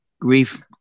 grief